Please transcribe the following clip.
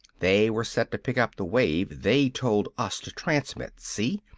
they were set to pick up the wave they told us to transmit! see?